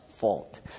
fault